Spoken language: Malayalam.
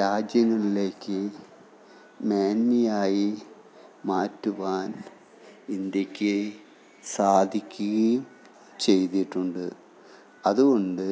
രാജ്യങ്ങളിലേക്ക് മേന്മയായി മാറ്റുവാൻ ഇന്ത്യയ്ക്ക് സാധിക്കുകയും ചെയ്തിട്ടുണ്ട് അതുകൊണ്ട്